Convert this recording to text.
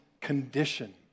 condition